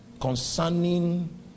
concerning